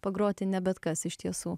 pagroti ne bet kas iš tiesų